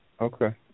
Okay